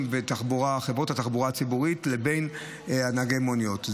וחברות התחבורה הציבורית לבין נהגי המוניות.